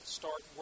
start